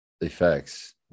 effects